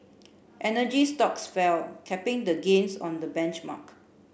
energy stocks fell capping the gains on the benchmark